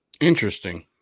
Interesting